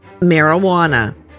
marijuana